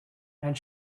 and